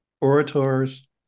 orators